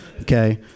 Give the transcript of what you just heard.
okay